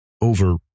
over